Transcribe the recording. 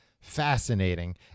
fascinating